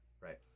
right